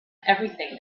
everything